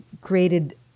created